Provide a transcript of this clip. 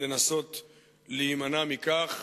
לנסות להימנע מכך.